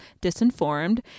Disinformed